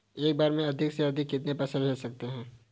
एक बार में अधिक से अधिक कितने पैसे भेज सकते हैं?